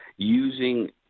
using